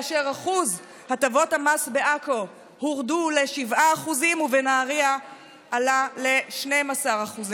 ושיעור הטבות המס בעכו הורד ל-7% ובנהריה הועלה ל-12%.